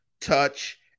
Touch